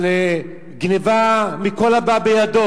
על גנבה מכל הבא ליד,